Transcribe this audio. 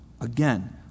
again